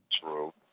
True